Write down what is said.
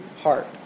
heart